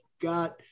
got